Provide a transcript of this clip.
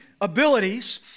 abilities